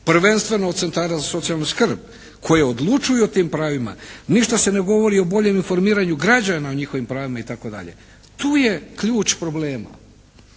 prvenstveno od centara za socijalnu skrb koje odlučuju o tim pravima. Ništa se ne govori o boljem informiranju građana o njihovim pravima, itd. Tu je ključ problema.